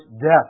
death